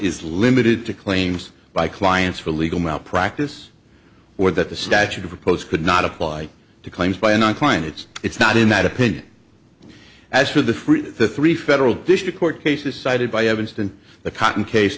is limited to claims by clients for legal malpractise or that the statute of repose could not apply to claims by one client it's it's not in that opinion as for the three federal district court cases cited by evanston the cotton case